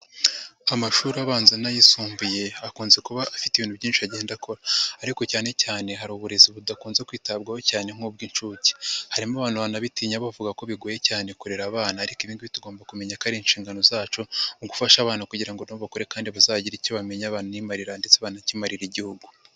Amashuri abanza n'ayisumbuye akunze kuba afite ibintu byinshi agenda akora ariko cyane cyane hari uburezi budakunze kwitabwaho cyane nk'ubw'incuke, harimo abantu banabitinya bavuga ko bigoye cyane kurera abana ariko ibi ngibi tugomba kumenya ko ari inshingano zacu, mu gufasha abana kugira ngo na bo bakure kandi bazagire icyo bamenya banimarira ndetse banakimarire igihugu.